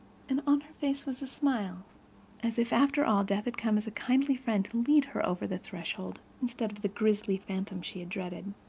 and on her face was a smile as if, after all, death had come as a kindly friend to lead her over the threshold, instead of the grisly phantom she had dreaded.